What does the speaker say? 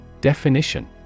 Definition